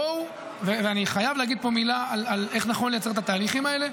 אני חייב להגיד פה מילה על איך נכון לייצר את התהליכים האלה.